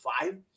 five